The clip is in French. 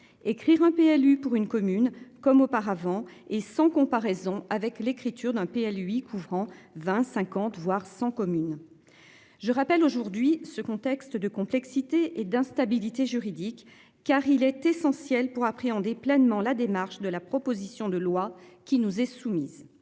écrire un PLU pour une commune comme auparavant et sans comparaison avec l'écriture d'un pays à lui couvrant 20 50 voire 100 commune. Je rappelle aujourd'hui ce contexte de complexité et d'instabilité juridique car il est essentiel pour appréhender pleinement la démarche de la proposition de loi qui nous est soumise.